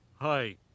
hi